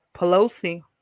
pelosi